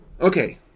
Okay